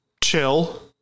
Chill